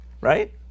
Right